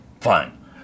Fine